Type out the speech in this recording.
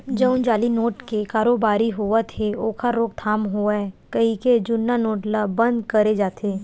जउन जाली नोट के कारोबारी होवत हे ओखर रोकथाम होवय कहिके जुन्ना नोट ल बंद करे जाथे